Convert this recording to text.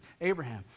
Abraham